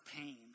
pain